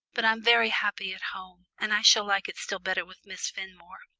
but i'm very happy at home, and i shall like it still better with miss fenmore.